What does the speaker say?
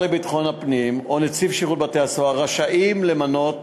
לביטחון הפנים או נציב שירות בתי-הסוהר רשאים למנות